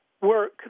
work